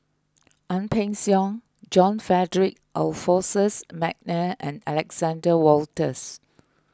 Ang Peng Siong John Frederick Adolphus McNair and Alexander Wolters